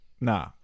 nah